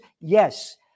yes